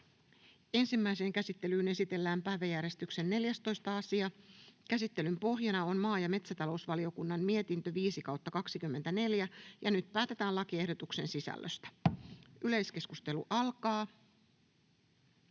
Ensimmäiseen käsittelyyn esitellään päiväjärjestyksen 8. asia. Käsittelyn pohjana on hallintovaliokunnan mietintö HaVM 10/2024 vp. Nyt päätetään lakiehdotusten sisällöstä. — Esittely,